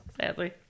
Sadly